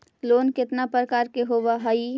Loan केतना प्रकार के होव हइ?